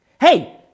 Hey